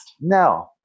No